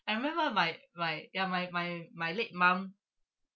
I remember my my ya my my my late mum